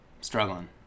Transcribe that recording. Struggling